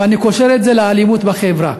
ואני קושר את זה לאלימות בחברה.